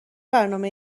برنامه